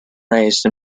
raised